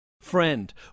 Friend